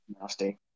nasty